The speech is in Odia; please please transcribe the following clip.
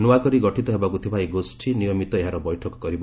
ନୂଆ କରି ଗଠିତ ହେବାକୁ ଥିବା ଏହି ଗୋଷ୍ଠୀ ନିୟମିତ ଏହାର ବୈଠକ କରିବ